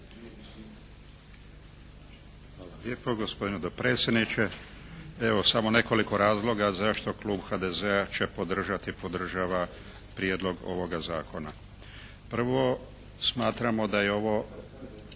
Hvala lijepa gospodine dopredsjedniče. Evo samo nekoliko razloga zašto klub HDZ-a će podržati, podržava prijedlog ovoga zakona. Prvo, smatramo da je ovo